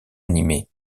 animés